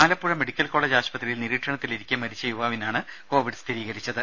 Alappuzha medical college ആശുപത്രിയിൽ നിരീക്ഷണത്തിലിരിക്കെ മരിച്ച യുവാവിനാണ് കോവിഡ് സ്ഥിരീകരിച്ചത്